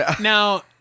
Now